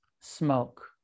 smoke